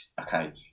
okay